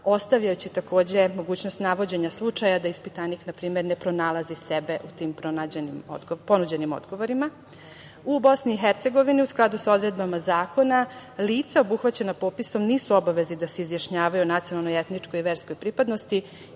ostavljajući takođe mogućnost navođenja slučaja da ispitanik, na primer, ne pronalazi sebe u tim ponuđenim odgovorima.U Bosni i Hercegovini, u skladu sa odredbama zakona, lica obuhvaćena popisom nisu u obavezi da se izjašnjavaju o nacionalnoj, etničkoj i verskoj pripadnosti,